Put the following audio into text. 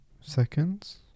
seconds